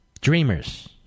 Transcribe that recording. Dreamers